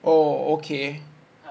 oh okay